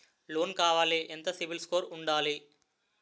Loan కావాలి ఎంత CIBIL score ఉండాలి?